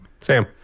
Sam